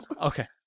Okay